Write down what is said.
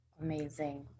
Amazing